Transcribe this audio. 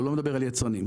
לא על יצרנים.